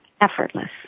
effortless